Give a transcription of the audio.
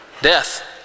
Death